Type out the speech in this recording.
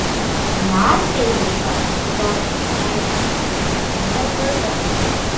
naciai dėl šio epizodo išteisinti nebuvo